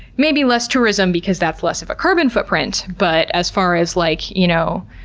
maybe less tourism because that's less of a carbon footprint, but as far as like you know